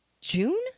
June